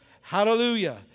Hallelujah